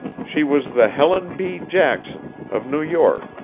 she was the helen b. jackson, of new york,